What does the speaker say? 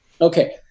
Okay